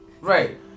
right